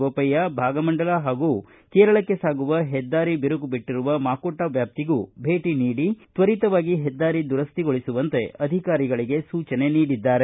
ಬೋಪಯ್ಯ ಭಾಗಮಂಡಲ ಹಾಗೂ ಕೇರಳಕ್ಕೆ ಸಾಗುವ ಹೆದ್ದಾರಿ ಬಿರುಕು ಬಿಟ್ಟರುವ ಮಾಕುಟ್ಟ ವ್ಯಾಪ್ತಿಗೂ ಭೇಟಿ ನೀಡಿ ತ್ವರಿತವಾಗಿ ಹೆದ್ದಾರಿ ದುರ್ಟಿಗೊಳಿಸುವಂತೆ ಅಧಿಕಾರಿಗಳಿಗೆ ಸೂಚನೆ ನೀಡಿದರು